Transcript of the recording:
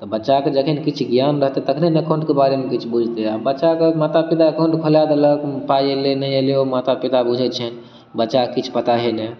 तऽ बच्चाके जखन किछु ज्ञान रहते तखने ने अकाउंटके बारेमे किछु बुझते आ बच्चा के माता पिताके अकाउंट खोला देलक पाइ अयलै नहि अयलै ओ माता पिता बुझै छै बच्चाके किछु पता ही नहि